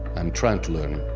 i'm trying to learn